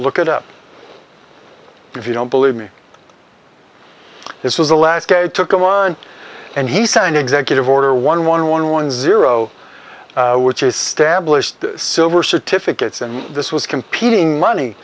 look it up if you don't believe me this is the last day took him on and he signed executive order one one one one zero which is stablished silver certificates and this was competing money